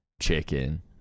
chicken